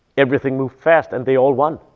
everything moved fast, and they all won.